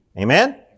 Amen